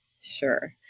Sure